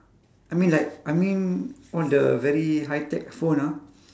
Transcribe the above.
I mean like I mean all the very high tech phone ah